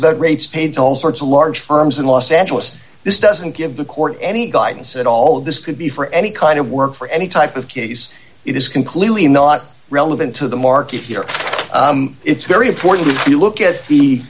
about rates paid to all sorts of large firms in los angeles this doesn't give the court any guidance at all of this could be for any kind of work for any type of case it is completely not relevant to the market here it's very important if you look at the